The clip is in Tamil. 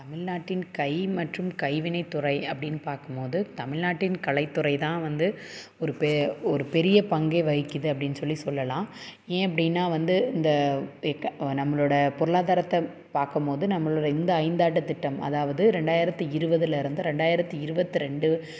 தமிழ்நாட்டின் கை மற்றும் கைவினைத்துறை அப்படின்னு பார்க்கும்போது தமிழ்நாட்டின் கலைத்துறைதான் வந்து ஒரு ஒரு பெரிய பங்கே வகிக்குது அப்படின்னு சொல்லி சொல்லலாம் ஏன் அப்படின்னா வந்து இந்த நம்மளோட பொருளாதாரத்தை பார்க்கும்போது நம்மளோட இந்த ஐந்தாண்டு திட்டம் அதாவது ரெண்டாயிரத்தி இருபதுலேர்ந்து ரெண்டாயிரத்தி இருபத்தி ரெண்டு